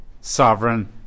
sovereign